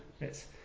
Yes